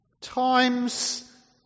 Times